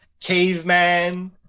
Caveman